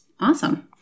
Awesome